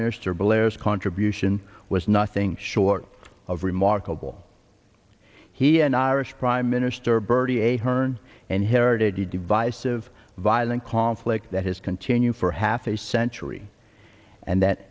minister blair's contribution was nothing short of remarkable he an irish prime minister bertie ahern and heritage a divisive violent conflict that has continued for half a century and that